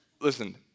Listen